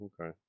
okay